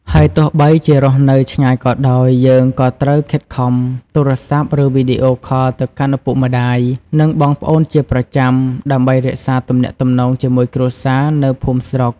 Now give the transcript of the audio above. ហើយទោះបីជារស់នៅឆ្ងាយក៏ដោយ យើងក៏ត្រូវខិតខំទូរស័ព្ទ ឬវីដេអូខលទៅកាន់ឪពុកម្តាយ និងបងប្អូនជាប្រចាំ ដើម្បីរក្សាទំនាក់ទំនងជាមួយគ្រួសារនៅភូមិស្រុក។